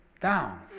down